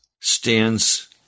stands